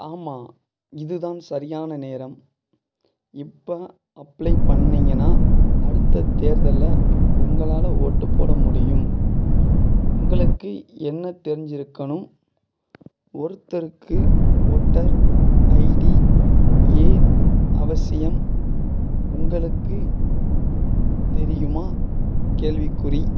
ஆமாம் இதுதான் சரியான நேரம் இப்போ அப்ளை பண்ணீங்கன்னா அடுத்த தேர்தலில் உங்களால் ஓட்டு போட முடியும் உங்களுக்கு என்ன தெரிஞ்சுருக்கணும் ஒருத்தருக்கு ஓட்டர் ஐடி ஏன் அவசியம் உங்களுக்கு தெரியுமா கேள்விக்குறி